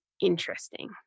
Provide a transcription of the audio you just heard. interesting